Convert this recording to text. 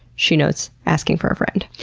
she notes asking for a friend.